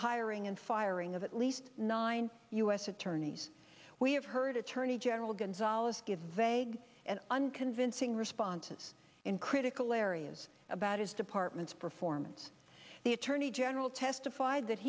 hiring and firing of at least nine u s attorneys we have heard attorney general gonzales give vague and unconvincing responses in critical areas about his department's performance the attorney general testified that